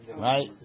right